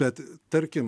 bet tarkim